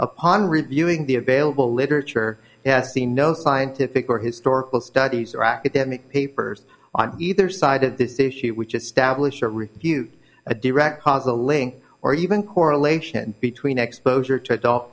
upon reviewing the available literature has seen no scientific or historical studies or academic papers on either side of this issue which establish or refute a direct causal link or even correlation between exposure to adult